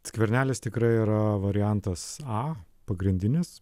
skvernelis tikrai yra variantas a pagrindinis